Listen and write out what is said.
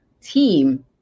team